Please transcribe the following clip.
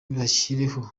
bashyireho